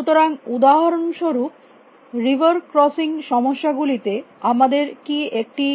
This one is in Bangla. সুতরাং উদাহরনস্বরুপ রিভার ক্রসিং সমস্যা গুলিতে আমাদের কী একটি